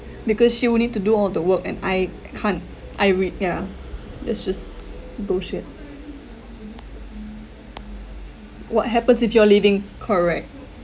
because she will need to do all the work and I can't I re~ ya that's just bullshit what happens if you're leaving correct